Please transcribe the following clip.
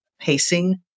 pacing